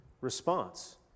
response